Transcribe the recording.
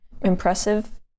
impressive